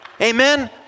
Amen